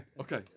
Okay